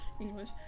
English